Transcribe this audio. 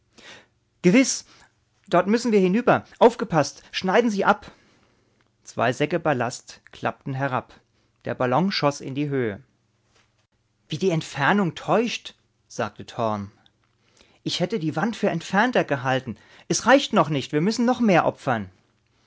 gewiß dort müssen wir hinüber aufgepaßt schneiden sie ab zwei säcke ballast klappten herab der ballon schoß in die höhe wie die entfernung täuscht sagte torm ich hätte die wand für entfernter gehalten es reicht noch nicht wir müssen noch mehr opfern